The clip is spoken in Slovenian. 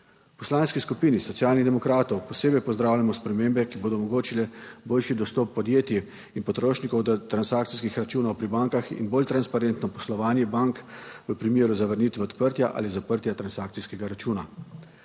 Poslanski skupini Socialnih demokratov posebej pozdravljamo spremembe, ki bodo omogočile boljši dostop podjetij in potrošnikov do transakcijskih računov pri bankah in bolj transparentno poslovanje bank v primeru zavrnitve odprtja ali zaprtja transakcijskega računa.